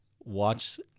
Watch